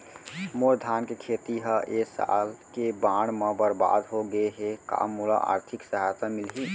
मोर धान के खेती ह ए साल के बाढ़ म बरबाद हो गे हे का मोला आर्थिक सहायता मिलही?